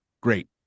great